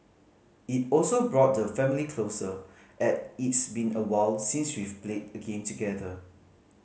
it also brought the family closer as it's been awhile since we've played a game together